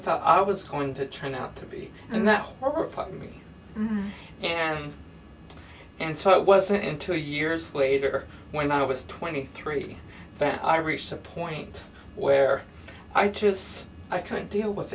thought i was going to turn out to be and that were funny and and so it wasn't until years later when i was twenty three than i reached a point where i just i couldn't deal with